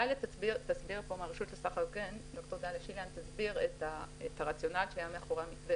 ד"ר דליה שיליאן מהרשות לסחר הוגן תסביר את הרציונל שהיה מאחורי המתווה,